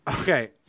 Okay